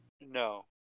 No